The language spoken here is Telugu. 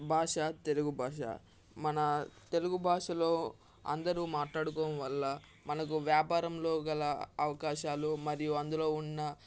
భాషా తెలుగు భాష మన తెలుగు భాషలో అందరు మాట్లాడుకోవడం వల్ల మనకు వ్యాపారంలో గల అవకాశాలు మరియు అందులో ఉన్న